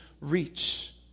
reach